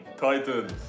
Titans